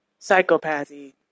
psychopathy